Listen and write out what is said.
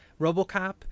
Robocop